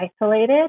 isolated